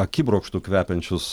akibrokštu kvepiančius